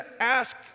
ask